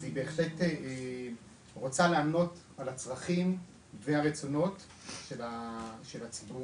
אז היא בהחלט רוצה לענות על הצרכים והרצונות של הציבור